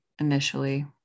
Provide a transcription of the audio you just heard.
initially